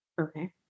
okay